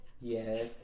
Yes